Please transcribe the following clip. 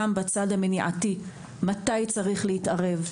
גם בצד המניעתי: מתי צריך להתערב,